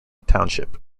township